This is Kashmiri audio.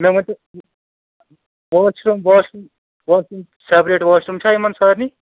مےٚ ؤنتَو washroom washroom bathroom separate washroom چھا یِمَن سٲرنٕے